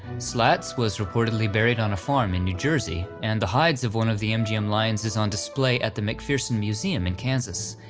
slats was reportedly buried on a farm in new jersey, and the hide of one of the mgm lions is on display at the mcpherson museum in kansas,